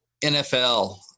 NFL